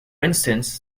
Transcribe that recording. instance